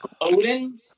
Odin